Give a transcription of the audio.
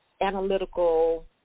analytical